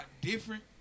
different